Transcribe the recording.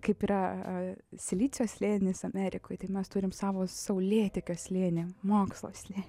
kaip yra silicio slėnis amerikoje taip mes turim savo saulėtekio slėnį mokslo slėnį